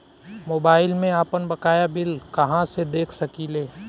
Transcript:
Mobile में आपनबकाया bill कहाँसे देख सकिले?